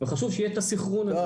חשוב שיהיה את הסנכרון הזה.